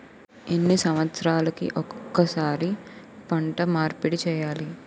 ఎన్ని సంవత్సరాలకి ఒక్కసారి పంట మార్పిడి చేయాలి?